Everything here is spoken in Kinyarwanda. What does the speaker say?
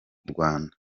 rwanda